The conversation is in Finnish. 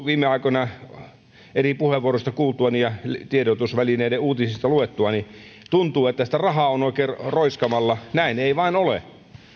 viime aikoina opposition eri puheenvuoroista kuultuani ja tiedotusvälineiden uutisista luettuani tuntuu siltä kuin sitä rahaa olisi oikein roiskimalla näin ei vain ole